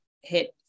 hit